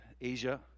Asia